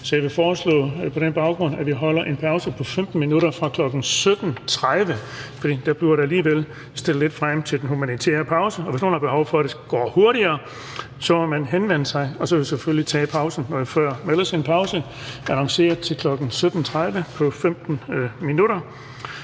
Så jeg vil på den baggrund foreslå, at vi holder en pause på 15 minutter fra klokken 17.30, for dér bliver der alligevel stillet lidt frem til den humanitære pause. Hvis nogen har behov for, at det går hurtigere, må man henvende sig, og så vil vi selvfølgelig tage pausen noget før. Men ellers er der annonceret en pause til kl. 17.30 på 15 minutter.